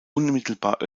unmittelbar